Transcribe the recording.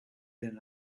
than